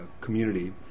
community